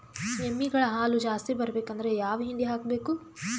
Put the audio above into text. ಎಮ್ಮಿ ಗಳ ಹಾಲು ಜಾಸ್ತಿ ಬರಬೇಕಂದ್ರ ಯಾವ ಹಿಂಡಿ ಹಾಕಬೇಕು?